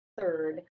third